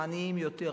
העניים יותר,